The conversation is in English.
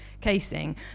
casing